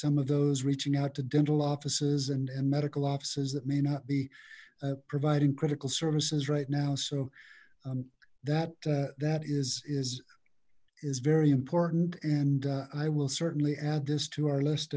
some of those reaching out to dental offices and and medical offices that may not be providing critical services right now so that that is is is very important and i will certainly add this to our list